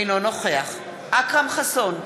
אינו נוכח אכרם חסון,